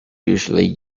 usually